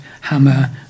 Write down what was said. hammer